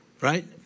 right